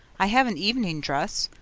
i have an evening dress,